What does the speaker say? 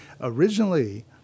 Originally